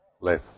less